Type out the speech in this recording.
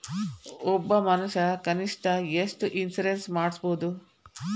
ಒಬ್ಬ ಮನಷಾ ಕನಿಷ್ಠ ಎಷ್ಟ್ ಇನ್ಸುರೆನ್ಸ್ ಮಾಡ್ಸ್ಬೊದು?